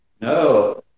No